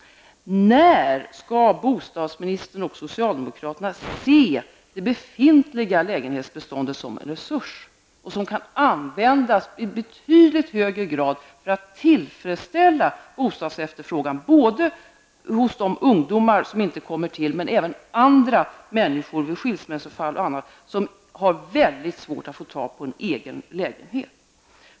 För det första: När skall bostadsministern och socialdemokraterna se det befintliga lägenhetsbeståndet som en resurs som kan användas i betydligt högre grad för att tillfredsställa bostadsefterfrågan både hos de ungdomar som inte kommer till och hos andra människor som vid t.ex. skilsmässofall och liknande har mycket svårt att få tag på en egen lägenhet?